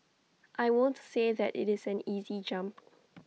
I won't say that IT is an easy jump